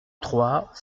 trois